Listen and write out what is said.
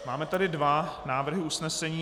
Máme tady dva návrhy usnesení.